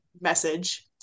message